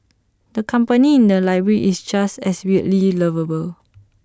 the company in the library is just as weirdly lovable